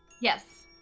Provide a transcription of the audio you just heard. Yes